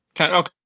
Okay